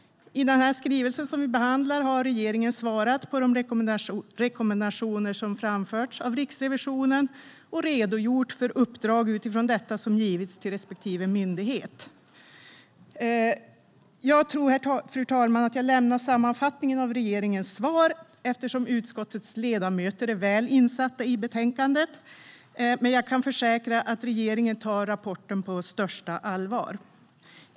I den skrivelse som vi behandlar har regeringen svarat på de rekommendationer som har framförts av Riksrevisionen och redogjort för uppdrag som utifrån detta har givits till respektive myndighet. Fru talman! Jag tror att jag lämnar sammanfattningen av regeringens svar, eftersom utskottets ledamöter är väl insatta i betänkandet. Men jag kan försäkra att regeringen tar rapporten på största allvar.